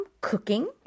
cooking